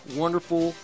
wonderful